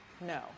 No